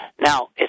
Now